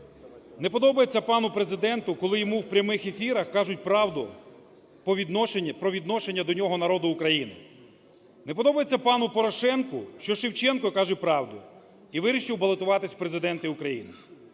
Не подобається пану Президенту, коли йому в прямих ефірах кажуть правду про відношення до нього народу України. Не подобається пану Порошенку, що Шевченко каже правду і вирішив балотуватись в Президенти України.